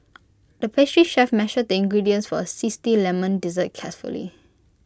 the pastry chef measured the ingredients for A Zesty Lemon Dessert carefully